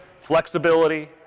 flexibility